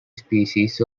species